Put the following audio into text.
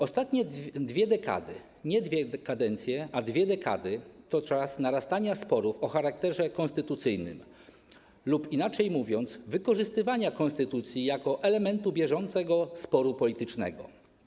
Ostatnie dwie dekady - nie dwie kadencje, a dwie dekady - to czas narastania sporów o charakterze konstytucyjnym lub, inaczej mówiąc, wykorzystywania konstytucji jako elementu bieżącego sporu politycznego.